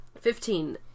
Fifteen